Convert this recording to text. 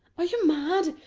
are you mad?